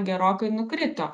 gerokai nukrito